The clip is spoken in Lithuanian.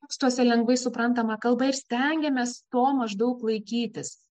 tekstuose lengvai suprantama kalba ir stengiamės to maždaug laikytis